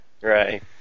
Right